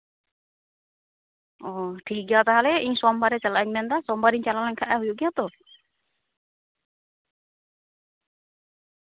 ᱚᱸᱻ ᱴᱷᱤᱠᱜᱮᱭᱟ ᱛᱟᱦᱚᱞᱮ ᱤᱧ ᱥᱳᱢᱵᱟᱨ ᱨᱮ ᱪᱟᱞᱟᱜ ᱤᱧ ᱢᱮᱱ ᱮᱫᱟ ᱥᱳᱢ ᱵᱟᱨ ᱨᱮᱧ ᱪᱟᱞᱟᱣ ᱞᱮᱱᱠᱷᱟᱡ ᱦᱩᱭᱩᱜ ᱜᱮᱭᱟ ᱛᱚ